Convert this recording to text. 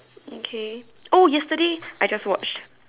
okay oh yesterday I just watch